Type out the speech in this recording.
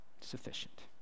sufficient